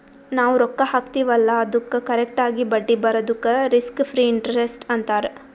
ನಾವ್ ರೊಕ್ಕಾ ಹಾಕ್ತಿವ್ ಅಲ್ಲಾ ಅದ್ದುಕ್ ಕರೆಕ್ಟ್ ಆಗಿ ಬಡ್ಡಿ ಬರದುಕ್ ರಿಸ್ಕ್ ಫ್ರೀ ಇಂಟರೆಸ್ಟ್ ಅಂತಾರ್